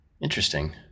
Interesting